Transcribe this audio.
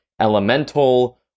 Elemental